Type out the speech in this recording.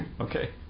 Okay